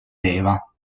leva